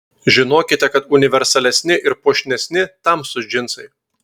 žinokite kad universalesni ir puošnesni tamsūs džinsai